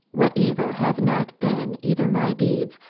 what evil have not been either my deeds,